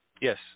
Yes